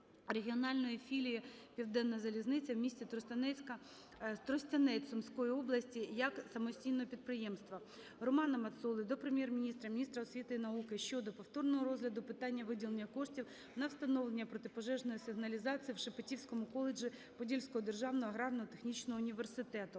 регіональної філії "Південна залізниця" в місті Тростянець Сумської області як самостійного підприємства. Романа Мацоли до Прем'єр-міністра, міністра освіти і науки щодо повторного розгляду питання виділення коштів на встановлення протипожежної сигналізації в Шепетівському коледжі Подільського державного аграрно-технічного університету.